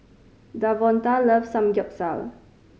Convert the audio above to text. Davonta loves Samgyeopsal